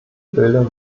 bilder